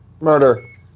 Murder